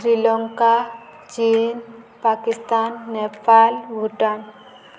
Sri Lanka China Pakistan Nepal Bhutan